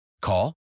Call